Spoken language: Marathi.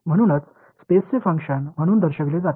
म्हणूनच स्पेसचे फंक्शन म्हणून दर्शविले जाते